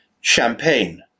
champagne